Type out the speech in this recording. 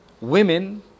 women